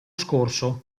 scorso